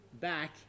back